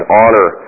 honor